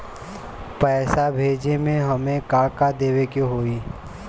पैसा भेजे में हमे का का देवे के होई?